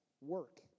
work